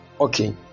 okay